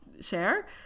share